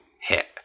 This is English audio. hit